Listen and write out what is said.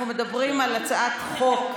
אנחנו מדברים על הצעת חוק,